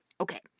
Okay